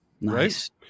Nice